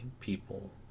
people